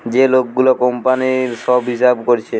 যে লোক গুলা কোম্পানির সব হিসাব কোরছে